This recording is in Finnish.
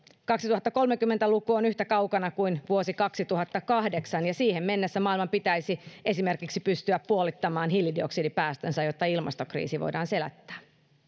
kaksituhattakolmekymmentä luku on yhtä kaukana kuin vuosi kaksituhattakahdeksan ja siihen mennessä maailman pitäisi esimerkiksi pystyä puolittamaan hiilidioksidipäästönsä jotta ilmastokriisi voidaan selättää